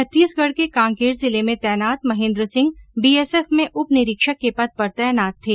छत्तीसगढ के कांकेर जिले में तैनात महेन्द्र सिंह बीएसएफ में उप निरीक्षक के पद पर तैनात थे